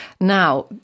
Now